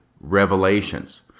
revelations